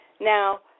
Now